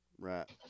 right